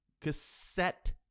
cassette